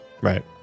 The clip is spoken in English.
Right